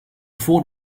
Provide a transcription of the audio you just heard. fort